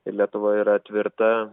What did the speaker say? lietuva yra tvirta